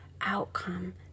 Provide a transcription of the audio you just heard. outcome